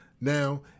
Now